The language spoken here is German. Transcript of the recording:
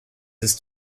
ist